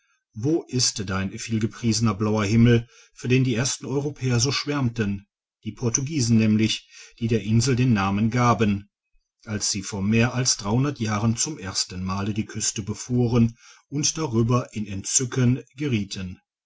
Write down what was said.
wo ist dein vielgepriesener blauer himmel für den die ersten europäer so schwärmten die portugiesen nämlich die der insel den namen gegeben als sie vor mehr als jahren zum ersten male die küste befuhren und darüber in entzücken gerieten